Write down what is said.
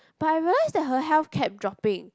but I realised that her health kept dropping